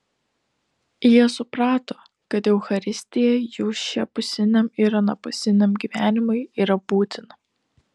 jie suprato kad eucharistija jų šiapusiniam ir anapusiniam gyvenimui yra būtina